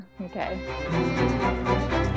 okay